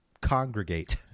congregate